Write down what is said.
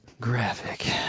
graphic